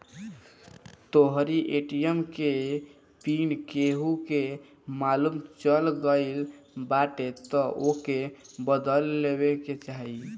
तोहरी ए.टी.एम के पिन केहू के मालुम चल गईल बाटे तअ ओके बदल लेवे के चाही